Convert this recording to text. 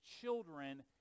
children